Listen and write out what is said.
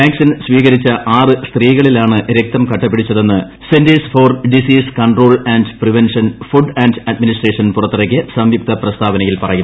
vaccine സ്വീകരിച്ച ആറ് സ്ത്രീകളിലാണ് രക്തംകട്ട പിടിച്ചതെന്ന് centers for disease control and prevention food and administration പുറത്തിറ്ക്കിയ സംയുക്ത പ്രസ്താവനയിൽ പറയുന്നു